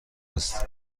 است